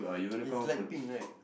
it's light pink right